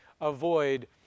avoid